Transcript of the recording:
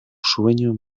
sueño